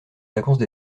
vacances